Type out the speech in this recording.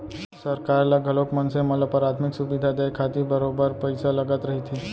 सरकार ल घलोक मनसे मन ल पराथमिक सुबिधा देय खातिर बरोबर पइसा लगत रहिथे